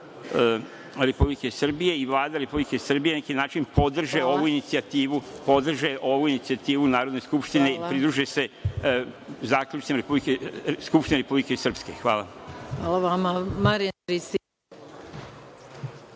Republike Srbije i Vlada Republike Srbije na neki način podrže ovu inicijativu Narodne skupštine i pridruže se zaključcima Skupštine Republike Srpske? Hvala. **Maja